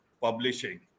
publishing